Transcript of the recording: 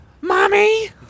Mommy